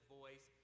voice